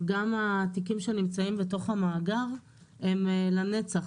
גם התיקים שנמצאים בתוך המאגר הם לנצח.